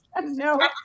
no